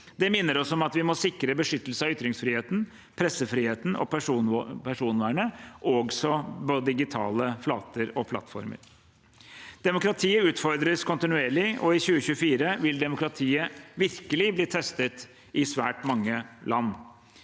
Det minner oss om at vi må sikre beskyttelse av ytringsfriheten, pressefriheten og personvernet også på digitale flater og plattformer. Demokratiet utfordres kontinuerlig, og i 2024 vil demokratiet virkelig bli testet i svært mange land,